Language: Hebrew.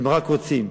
אם רק רוצים.